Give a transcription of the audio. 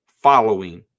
following